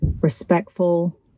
respectful